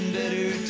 better